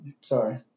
sorry